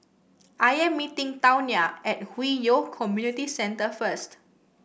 I am meeting Tawnya at Hwi Yoh Community Centre first